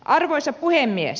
arvoisa puhemies